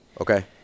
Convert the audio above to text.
Okay